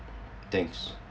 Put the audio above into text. thanks